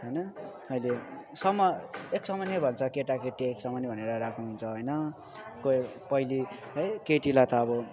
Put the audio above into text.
होइन अहिलेसम्म एक समानै भन्छ केटा केटी एक समानै भनेर राख्नुहुन्छ होइन कोही पहिले है केटीलाई त अब